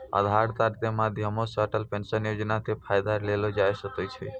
आधार कार्ड के माध्यमो से अटल पेंशन योजना के फायदा लेलो जाय सकै छै